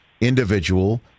individual